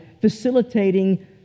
facilitating